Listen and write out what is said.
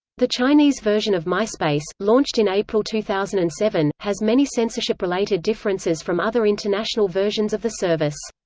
the chinese version of myspace, launched in april two thousand and seven, has many censorship-related differences from other international versions of the service.